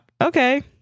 okay